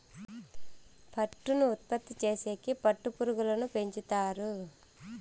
పట్టును ఉత్పత్తి చేసేకి పట్టు పురుగులను పెంచుతారు